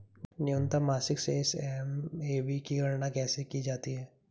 न्यूनतम मासिक शेष एम.ए.बी की गणना कैसे की जाती है?